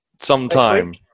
sometime